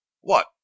What